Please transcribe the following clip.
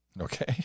Okay